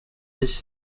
his